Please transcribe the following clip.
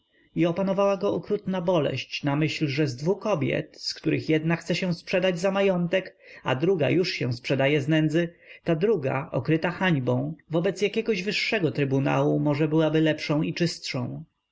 i opanowała go okrutna boleść na myśl że z dwu kobiet z których jedna chce się sprzedać za majątek a druga już się sprzedaje z nędzy ta druga okryta hańbą wobec jakiegoś wyższego trybunału może byłaby lepszą i czystszą